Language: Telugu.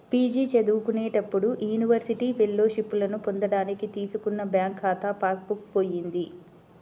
పీ.జీ చదువుకునేటప్పుడు యూనివర్సిటీ ఫెలోషిప్పులను పొందడానికి తీసుకున్న బ్యాంకు ఖాతా పాస్ బుక్ పోయింది